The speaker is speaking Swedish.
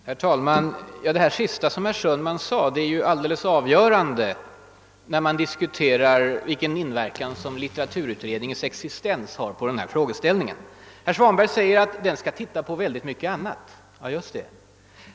Herr talman! Det här sista som herr Sundman sade är ju alldeles avgörande när man diskuterar vilken inverkan som litteraturutredningens existens har på denna fråga. Herr Svanberg säger att utredningen skall arbeta med mycket annat. Ja, just det!